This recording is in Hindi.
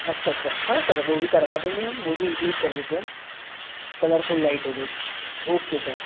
अच्छा अच्छा हाँ सर वो भी करवा देंगे हम वो भी इनक्लूड कर देते हैं हम कलरफुल लाइट हो गई ओके सर